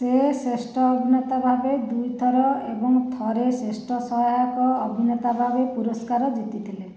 ସେ ଶ୍ରେଷ୍ଠ ଅଭିନେତା ଭାବରେ ଦୁଇଥର ଏବଂ ଥରେ ଶ୍ରେଷ୍ଠ ସହାୟକ ଅଭିନେତା ଭାବରେ ପୁରସ୍କାର ଜିତିଥିଲେ